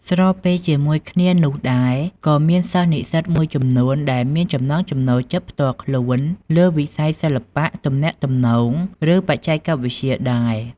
ស្របពេលជាមួយគ្នានោះដែរ ក៏មានសិស្សនិស្សិតមួយចំនួនដែលមានចំណង់ចំណូលចិត្តផ្ទាល់ខ្លួនលើវិស័យសិល្បៈ ទំនាក់ទំនង ឬបច្ចេកវិទ្យាដែរ។